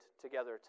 together